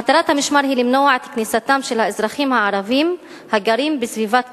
מטרת המשמר היא למנוע את כניסתם של האזרחים הערבים הגרים בסביבת כרמיאל,